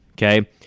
Okay